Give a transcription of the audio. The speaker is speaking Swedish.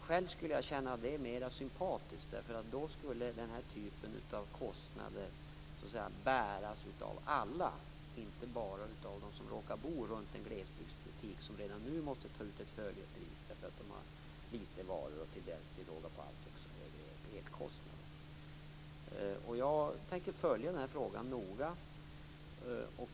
Själv skulle jag känna detta som mer sympatiskt, därför att då skulle den här typen av kostnader bäras av alla, inte bara av dem som råkar bo runt en glesbygdsbutik som redan nu måste ta ut ett högre pris därför att den har litet varor och till råga på allt också högre elkostnader. Jag tänker följa den här frågan noga.